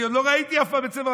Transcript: אני עוד לא ראיתי אף פעם את הספר,